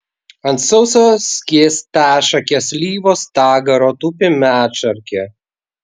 ant sauso skėstašakės slyvos stagaro tupi medšarkė